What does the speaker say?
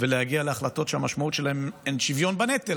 להגיע להחלטות שהמשמעות שלהן היא שוויון בנטל,